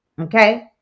okay